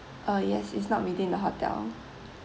uh yes it's not within the hotel